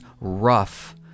rough